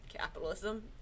capitalism